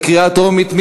קריאה טרומית.